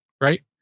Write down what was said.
Right